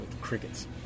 crickets